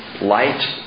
light